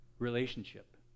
relationship